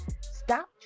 stop